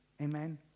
Amen